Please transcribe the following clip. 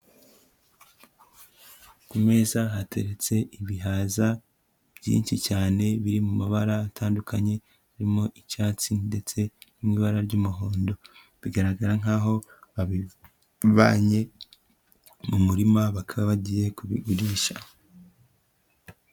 Ku meza hateretse ibihaza byinshi cyane biri mu mabara atandukanye haririmo icyatsi ndetse n'ibara ry'umuhondo, bigaragara nkaho babivanye mu murima bakaba bagiye kubigurisha.